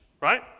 right